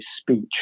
speech